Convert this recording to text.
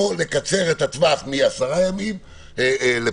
או לקצר את הטווח מעשרה ימים לפחות.